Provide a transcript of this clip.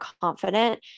confident